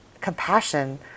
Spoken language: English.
compassion